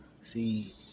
See